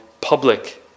public